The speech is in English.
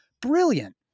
Brilliant